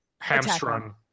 hamstrung